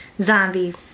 zombie